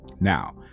Now